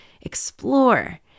explore